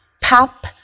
Pop